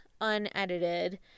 unedited